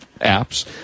apps